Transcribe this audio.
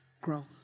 grow